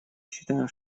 считаем